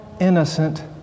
innocent